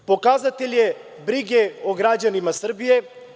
Pokazatelj je brige o građanima Srbije.